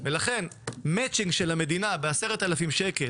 לכן המצ׳ינג של המדינה ב-10,000 ש"ח,